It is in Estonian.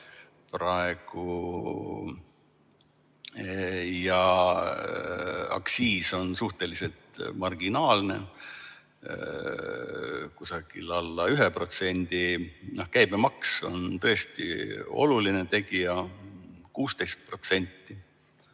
praegu. Aktsiis on suhteliselt marginaalne, alla 1%. Käibemaks on tõesti oluline tegija, 16%.